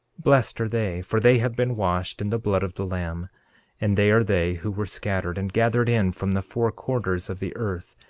blessed are they, for they have been washed in the blood of the lamb and they are they who were scattered and gathered in from the four quarters of the earth,